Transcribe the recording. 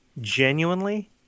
genuinely